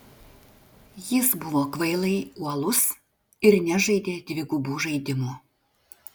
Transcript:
jis buvo kvailai uolus ir nežaidė dvigubų žaidimų